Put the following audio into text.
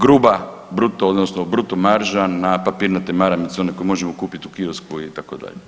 Gruba bruto, odnosno bruto marža na papirnate maramice, one koje možemo kupiti na kiosku itd.